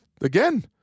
Again